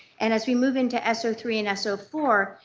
and as we move into s o three and s o four,